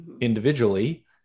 individually